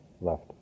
left